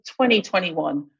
2021